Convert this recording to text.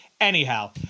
anyhow